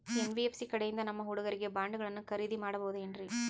NBFC ಕಡೆಯಿಂದ ನಮ್ಮ ಹುಡುಗರಿಗೆ ಬಾಂಡ್ ಗಳನ್ನು ಖರೀದಿದ ಮಾಡಬಹುದೇನ್ರಿ?